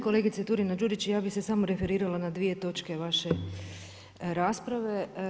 Kolegice Turina-Đurić, ja bi se samo referirala na dvije točke vaše rasprave.